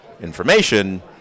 information